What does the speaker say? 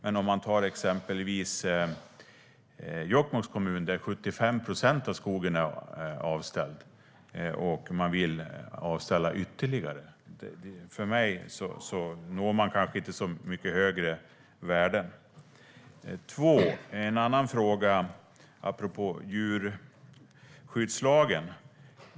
I exempelvis Jokkmokks kommun är 75 procent av skogen avställd, och man vill avställa ytterligare. Enligt mig når man kanske inte så mycket högre värde då. Jag har en annan fråga apropå djurskyddslagen.